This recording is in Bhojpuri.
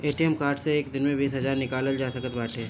ए.टी.एम कार्ड से एक दिन में बीस हजार निकालल जा सकत बाटे